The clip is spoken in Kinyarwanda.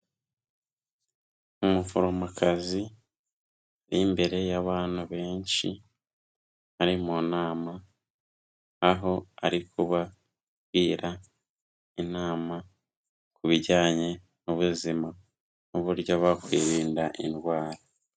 Umuforomokazi uri imbere y'abantu benshi bari mu nama, aho ari kubagira inama ku bijyanye n'ubuzima n'uburyo bakwirinda indwara.